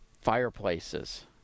fireplaces